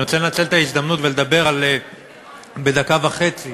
אני רוצה לנצל את ההזדמנות ולדבר בדקה וחצי